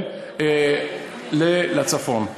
לצפון.